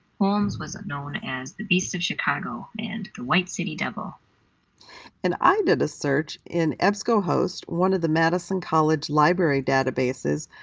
holmes was known as the beast of chicago and the white city devil. kelley and i did a search in ebscohost, one of the madison college library databases,